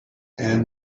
and